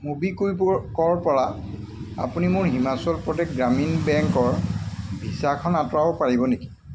ম'বিকুইকৰ পৰা আপুনি মোৰ হিমাচল প্ৰদেশ গ্ৰামীণ বেংকৰ ভিছাখন আঁতৰাব পাৰিব নেকি